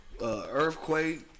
Earthquake